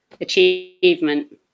achievement